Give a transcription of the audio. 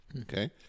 okay